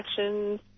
actions